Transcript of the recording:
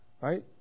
right